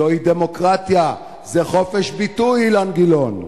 זוהי דמוקרטיה, זה חופש ביטוי, אילן גילאון.